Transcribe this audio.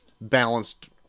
balanced